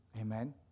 Amen